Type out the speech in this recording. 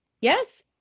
Yes